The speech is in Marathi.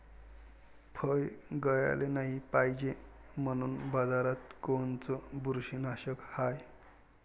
फळं गळाले नाही पायजे म्हनून बाजारात कोनचं बुरशीनाशक हाय?